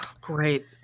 great